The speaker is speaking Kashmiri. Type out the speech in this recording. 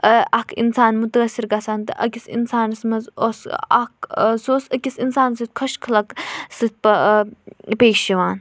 اَکھ اِنسان مُتٲثِر گَژھان تہٕ أکِس اِنسانَس منٛز اوس اَکھ سُہ اوس أکِس اِنسان سۭتۍ خۄش خلق سۭتۍ پیش یِوان